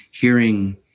hearing